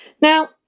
Now